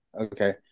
Okay